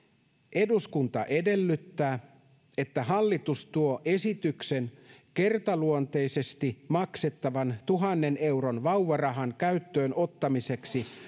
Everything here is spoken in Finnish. eduskunta edellyttää että hallitus tuo esityksen kertaluonteisesti maksettavan tuhannen euron vauvarahan käyttöönottamiseksi